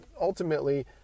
ultimately